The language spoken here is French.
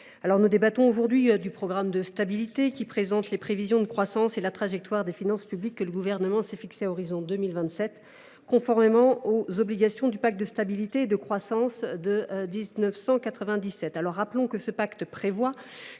nous débattons aujourd’hui du programme de stabilité qui présente les prévisions de croissance et la trajectoire des finances publiques que le Gouvernement s’est fixée à l’horizon 2027, conformément aux obligations du pacte de stabilité et de croissance de 1997. Rappelons le, ce pacte prévoit